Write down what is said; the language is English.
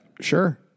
Sure